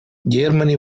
germany